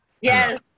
Yes